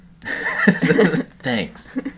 thanks